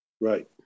Right